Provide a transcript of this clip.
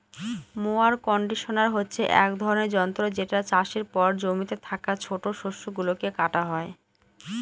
mower conditioner হচ্ছে এক ধরনের যন্ত্র যেটা চাষের পর জমিতে থাকা ছোট শস্য গুলোকে কাটা হয়